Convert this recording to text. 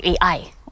AI